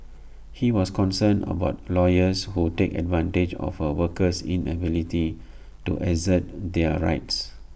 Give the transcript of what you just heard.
he was concerned about lawyers who take advantage of A worker's inability to assert their rights